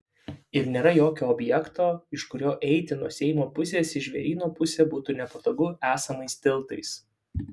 ir nėra jokio objekto iš kurio eiti nuo seimo pusės į žvėryno pusę būtų nepatogu esamais tiltais